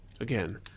Again